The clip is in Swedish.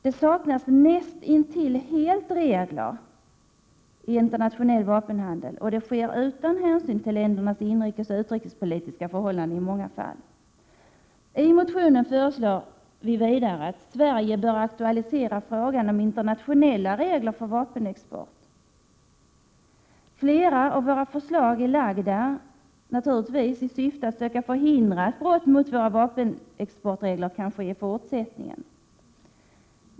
Regler saknas nästintill helt för den internationella vapenhandeln, och den sker i många fall utan hänsyn till ländernas inrikesoch utrikespolitiska förhållanden. I motionen föreslår centern vidare att Sverige bör aktualisera frågan om internationella regler för vapenexport. Flera av våra förslag är naturligtvis lagda i syfte att söka förhindra att brott mot våra vapenexportregler kan ske i fortsättningen.